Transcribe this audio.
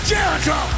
Jericho